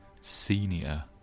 Senior